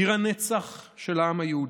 עיר הנצח של העם היהודי,